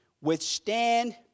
withstand